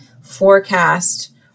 forecast